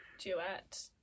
duet